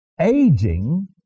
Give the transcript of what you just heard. aging